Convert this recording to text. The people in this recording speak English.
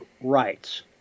rights